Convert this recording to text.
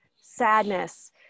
sadness